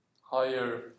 higher